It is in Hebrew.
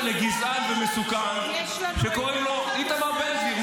לגזען ומסוכן שקוראים לו איתמר בן גביר.